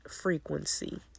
frequency